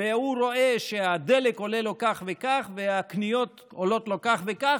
והוא רואה שהדלק עולה לו כך וכך והקניות עולות לו כך וכך,